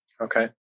Okay